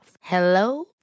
Hello